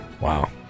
Wow